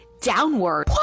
downward